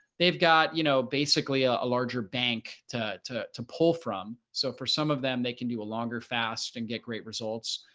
they've got you know, basically ah a larger bank to to pull from. so for some of them, they can do a longer fast and get great results.